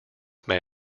may